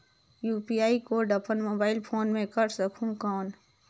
UPI code अपन mobile phone मे कर सकहुं कौन?